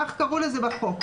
כך קראו לזה בחוק.